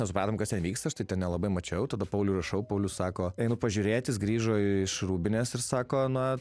nesupratom kas ten vyksta aš tai ten nelabai mačiau tada pauliui rašau paulius sako einu pažiūrėt jis grįžo iš rūbinės ir sako na